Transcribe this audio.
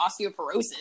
osteoporosis